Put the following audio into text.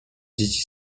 dzieci